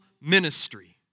ministry